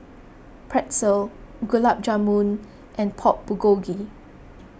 Pretzel Gulab Jamun and Pork Bulgogi